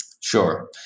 Sure